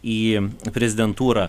į prezidentūrą